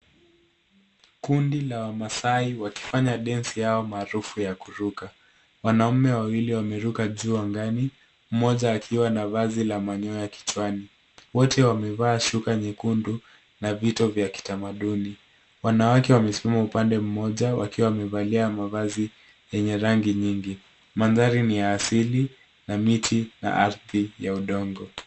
Kundi la wamasai wakifanya densi yao maarufu ya kuruka. Wanaume wawili wameruka juu angani, mmoja akiwa na vazi la manyoya kichwani. Wote wamevaa shuka nyekundu na vito vya kitamaduni. Wanawake wamesimama upande mmoja wakiwa wamevalia mavazi yenye rangi nyingi. Mandhari ni ya asili na miti na ardhi ya udongo.